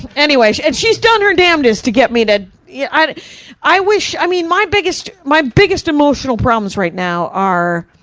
anyway, and she's done her damndest to get me to yeah i i wish i mean, my biggest my biggest emotional problems right now are,